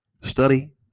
study